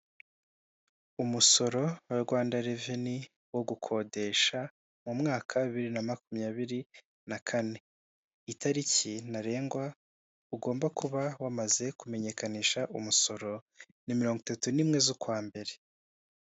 Umusoro wa Rwanda reveni wo gukodesha mu mwaka bibiri na makumyabiri na kane Itariki ntarengwa ugomba kuba wamaze kumenyekanisha umusoro, ni mirongo itatu n'imwe z'ukwa Mbere.